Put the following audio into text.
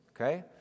Okay